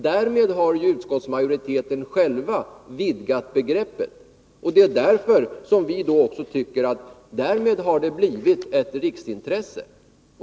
Därmed har utskottsmajoriteten själv vidgat begreppet. Det är därför som vi tycker att frågan har fått ett riksintresse.